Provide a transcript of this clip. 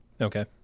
Okay